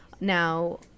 now